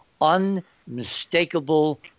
unmistakable